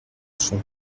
fond